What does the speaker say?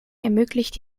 ermöglicht